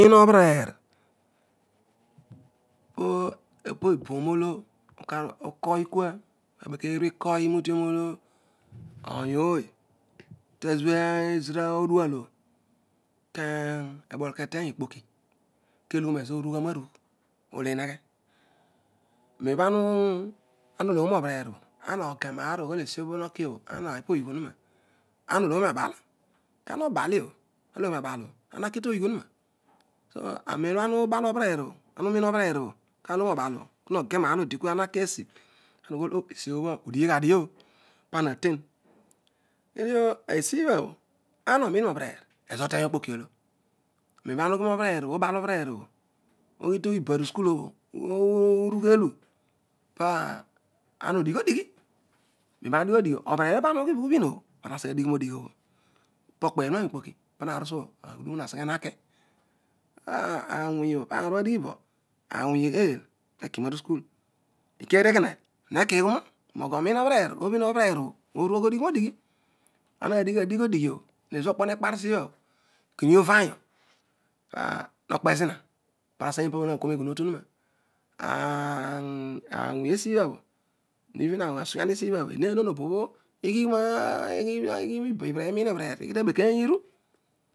Elobereer po ebooro olo abeken iroution olo ouy ooy kezobho ezera odaal to bhol ketek okpoki keloghom ezo orugh anarugh olideghe nen bho ana oye naar oghol eaobho bho ana kikua bho ana gbi po kiyh ahuna ana ologhone abal zanna obal dio obho san taki poghig ohuna so anero ema ujal obereer obho ana ughol oberea obho ana uloghom ubal obho ponoge aarolo dikua ena kiazi esrobho udigha dio ohi nau ten esibha bho ana obimi hio nobereer ezo oteny okpoti oolo nen ema ubhin obereer obho ubal obereer obho ughi tibaru sukui obho uarughehe pa ana odighodighi nen ama udigho dighi obereer opo bho ama ughi bo ubhin obho moseghe odighoro odi ghriobho po kpe ohuna mokpoki pana uarosuo aghudun haseghe haki paro bha adighi bo awony ugheel heki na rusukul. ikeyanl ekona heki ghui nogui onin obereer obhin obereer obho oru odighon onudighi auadighi adigon odighi obho hezo okpo nekpaor zibho bho ejunughi uuanyu pa no kpezina pana ha seghe mipa hakoor noghuno tuohu na. auony esibha bho even abughuyan esibha bho eedi ineuon obo bho eqhinaa eqhina ibi bereer inin obereer ighi tabe keny iru